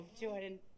Jordan